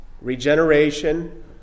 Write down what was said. regeneration